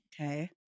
Okay